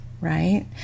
right